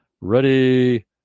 Ready